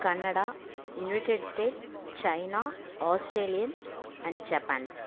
Canada United States China Australia and Japan